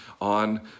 on